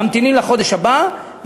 ממתינים לחודש הבא.